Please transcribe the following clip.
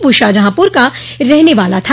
वह शाहजहांपुर का रहने वाला था